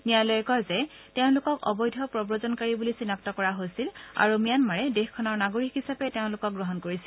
ন্যায়ালয়ে কয় যে তেওঁলোকক অবৈধ প্ৰব্ৰজনকাৰী বুলি চিনাক্ত কৰা হৈছিল আৰু ম্যানমাৰে দেশখনৰ নাগৰিক হিচাপে তেওঁলোকক গ্ৰহণ কৰিছিল